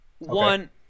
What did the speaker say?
one